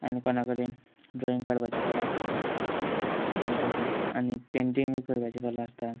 आनी कोणा कडेन ड्रॉइंग काडपाची कला आसता तशें की आनी पेंटींगूय करपाची कला आसता